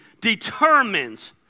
determines